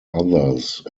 others